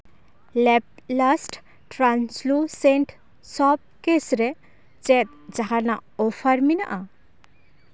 ᱞᱮᱯᱞᱟᱥᱴ ᱴᱨᱟᱱᱡᱞᱩ ᱥᱮᱱᱴ ᱥᱚᱯ ᱠᱮᱥ ᱨᱮ ᱪᱮᱫ ᱡᱟᱦᱟᱱᱟᱜ ᱚᱯᱷᱟᱨ ᱢᱮᱱᱟᱜᱼᱟ